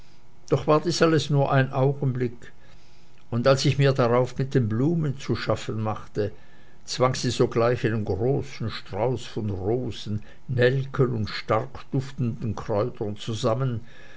doch war dies alles nur ein augenblick und als ich mir darauf mit den blumen zu schaffen machte zwang sie sogleich einen großen strauß von rosen nelken und stark duftenden kräutern zusammen